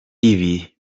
ibi